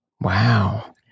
Wow